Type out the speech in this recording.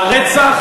הרצח